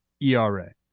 ERA